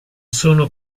sono